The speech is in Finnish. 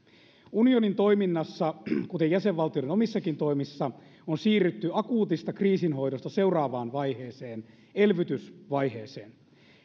unionin toiminnassa kuten jäsenvaltioiden omissakin toimissa on siirrytty akuutista kriisinhoidosta seuraavaan vaiheeseen elvytysvaiheeseen